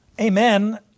amen